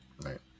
right